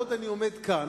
בעוד אני עומד כאן,